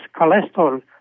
cholesterol